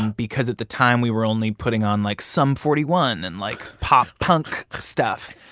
because at the time, we were only putting on, like, sum forty one and, like. pop punk stuff.